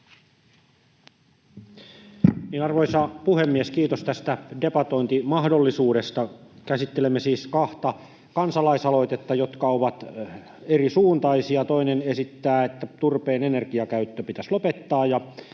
Arvoisa puhemies! Kiitos tästä debatointimahdollisuudesta. Käsittelemme siis kahta kansalaisaloitetta, jotka ovat eri suuntaisia. Toinen esittää, että turpeen energiakäyttö pitäisi lopettaa,